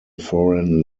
foreign